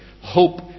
hope